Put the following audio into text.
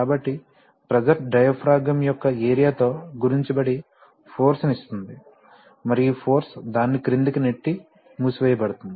కాబట్టి pressure diaphragm యొక్క area తో గుణించబడి ఫోర్స్ ని ఇస్తుంది మరియు ఈ ఫోర్స్ దానిని క్రిందికి నెట్టి మూసివేయబోతోంది